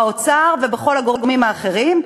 באוצר ובכל הגורמים האחרים,